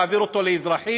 להעביר אותו לאזרחי,